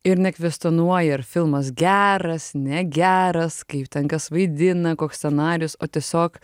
ir nekvestionuoji ar filmas geras negeras kaip ten kas vaidina koks scenarijus o tiesiog